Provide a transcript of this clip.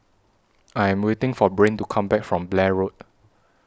I Am waiting For Brain to Come Back from Blair Road